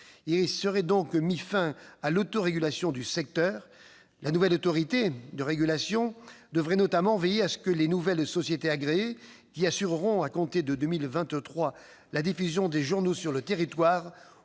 il serait donc mis fin à l'autorégulation du secteur. La nouvelle autorité de régulation devrait notamment veiller à ce que les nouvelles sociétés agréées, qui assureront, à compter de 2023, la diffusion des journaux sur le territoire,